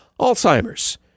Alzheimer's